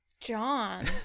John